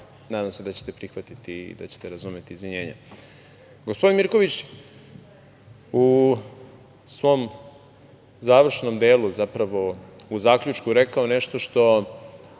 Nadam se da ćete prihvatiti i da ćete razumeti izvinjenje. Gospodin Mirković u svom završnom delu, zapravo u zaključku je rekao nešto sa